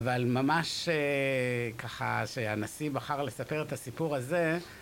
אבל ממש ככה שהנשיא בחר לספר את הסיפור הזה...